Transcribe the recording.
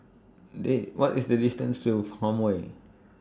The What IS The distance to Farmway